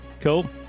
Cool